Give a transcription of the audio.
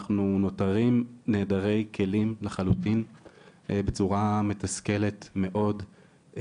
אנחנו נותרים נעדרי כלים לחלוטין בצורה מתסכלת מאוד.